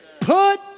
Put